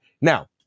now